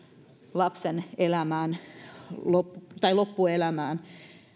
lapsen loppuelämään